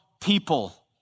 people